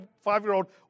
five-year-old